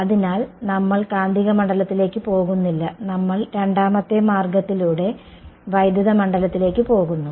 അതിനാൽ നമ്മൾ കാന്തിക മണ്ഡലത്തിലേക്ക് പോകുന്നില്ല നമ്മൾ രണ്ടാമത്തെ മാർഗ്ഗത്തിലൂടെ വൈദ്യുത മണ്ഡലത്തിലേക്ക് പോകുന്നു